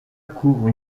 couvre